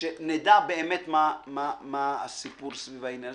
שנדע באמת מה הסיפור סביב העניין.